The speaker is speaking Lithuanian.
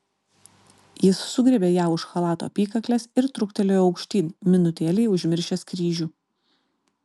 jis sugriebė ją už chalato apykaklės ir truktelėjo aukštyn minutėlei užmiršęs kryžių